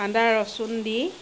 আদা ৰচুন দি